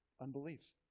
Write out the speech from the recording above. Unbelief